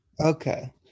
Okay